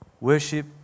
Worship